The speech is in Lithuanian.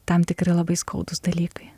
tam tikri labai skaudūs dalykai